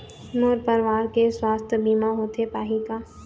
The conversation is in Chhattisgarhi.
मोर परवार के सुवास्थ बीमा होथे पाही का?